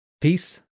Peace